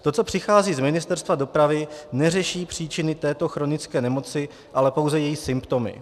To, co přichází z Ministerstva dopravy, neřeší příčiny této chronické nemoci, ale pouze její symptomy.